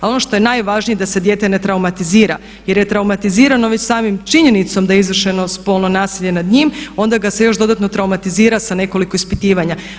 A ono što je najvažnije da se dijete ne traumatizira jer je traumatizirano već samom činjenicom da je izvršeno spolno nasilje nad njim, onda ga se još dodatno traumatizira sa nekoliko ispitivanja.